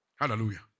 Hallelujah